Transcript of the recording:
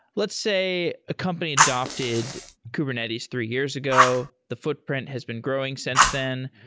let's say a company adapted kubernetes three years ago. the footprint has been growing since then.